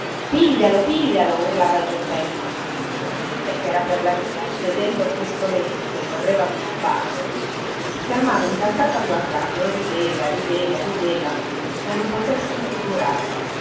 piglialo piglialo urlava geppetto ma la gente che era per la via vedendo questo burattino di legno che correva come un barbero si fermava incantata a guardarlo e rideva rideva e rideva da non poterselo figurare